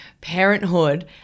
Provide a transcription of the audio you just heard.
parenthood